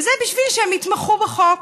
וזה בשביל שהן יתמכו בחוק.